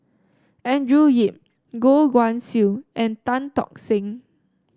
Andrew Yip Goh Guan Siew and Tan Tock Seng